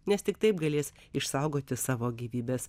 nes tik taip galės išsaugoti savo gyvybes